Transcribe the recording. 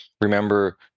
remember